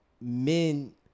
men